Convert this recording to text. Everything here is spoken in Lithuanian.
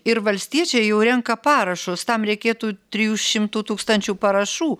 ir valstiečiai jau renka parašus tam reikėtų trijų šimtų tūkstančių parašų